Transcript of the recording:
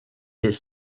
est